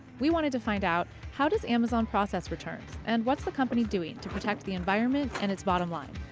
we wanted to find out how does amazon process returns? and what's the company doing to protect the environment and its bottom line?